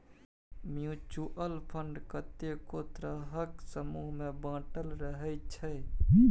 mutual fund कतेको तरहक समूह मे बाँटल रहइ छै